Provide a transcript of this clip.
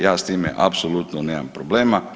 Ja s time apsolutno nemam problema.